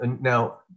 Now